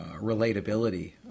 relatability